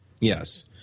yes